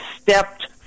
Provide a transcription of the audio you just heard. stepped